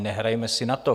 Nehrajeme si na to.